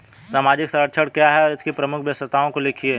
सामाजिक संरक्षण क्या है और इसकी प्रमुख विशेषताओं को लिखिए?